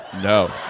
No